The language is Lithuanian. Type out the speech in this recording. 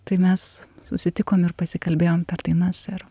tai mes susitikom ir pasikalbėjom per dainas ir